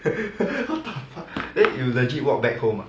what the fuck then you legit walk back home ah